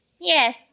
Yes